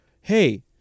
hey